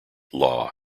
law